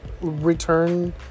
return